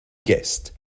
guessed